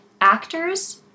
Actors